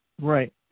Right